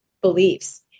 beliefs